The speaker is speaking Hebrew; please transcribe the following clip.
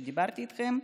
כפי שדיברתי איתכם,